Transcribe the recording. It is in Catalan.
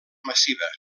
massiva